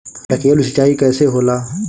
ढकेलु सिंचाई कैसे होला?